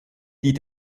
die